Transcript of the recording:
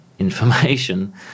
information